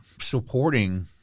supporting